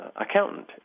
accountant